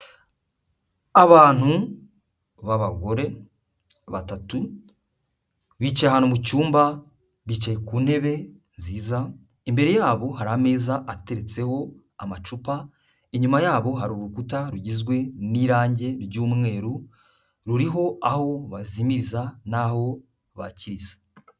Abantu b'abagore batatu bicaye ahantu mu cyumba, bicaye ku ntebe nziza, imbere yabo hari ameza ateretseho amacupa, inyuma yabo hari urukuta rugizwe n'irangi ry'umweru ruriho aho bazimiriza n'aho bakiriza.